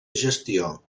gestió